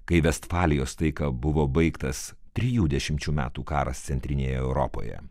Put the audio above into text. kai vestfalijos taika buvo baigtas trijų dešimčių metų karas centrinėje europoje